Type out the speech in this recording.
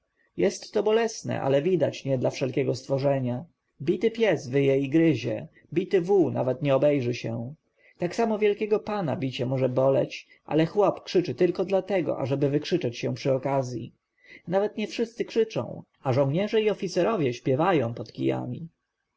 to bolesne ale widać nie dla wszelkiego stworzenia bity pies wyje i gryzie bity wół nawet nie obejrzy się tak samo wielkiego pana bicie może boleć ale chłop krzyczy tylko dlatego ażeby wykrzyczeć się przy okazji nawet nie wszyscy krzyczą a żołnierze i oficerowie śpiewają pod kijami